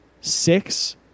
six